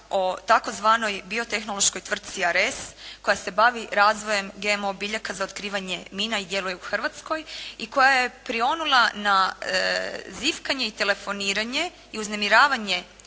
o tzv. biotehnološkoj tvrci Ares, koja se bavi razvojem GMO biljaka za otkrivanje mina i djeluje u Hrvatskoj. I koja je prionula na zivkanje i telefoniranje i uznemiravanje